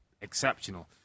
exceptional